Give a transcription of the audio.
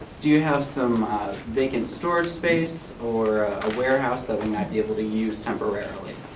do you have some vacant storage space or a warehouse that we might be able to use temporarily?